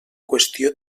qüestió